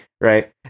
right